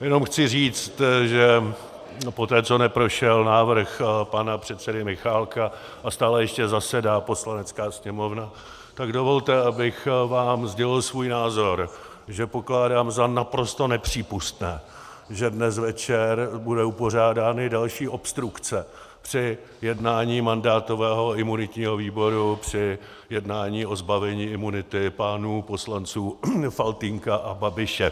Jenom chci říct, že poté, co neprošel návrh pana předsedy Michálka a stále ještě zasedá Poslanecká sněmovna, tak dovolte, abych vám sdělil svůj názor, že pokládám za naprosto nepřípustné, že dnes večer budou pořádány další obstrukce při jednání mandátového a imunitního výboru, při jednání o zbavení imunity pánů poslanců Faltýnka a Babiše.